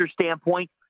standpoint